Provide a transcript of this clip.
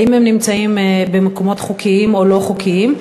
האם הם נמצאים במקומות חוקיים או לא חוקיים.